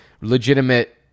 legitimate